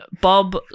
Bob